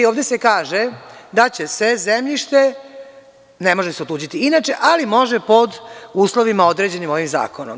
Ovde se kaže da će se zemljište, ne može se otuđiti inače, ali može pod uslovima određenim ovim zakonom.